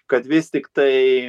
kad vis tiktai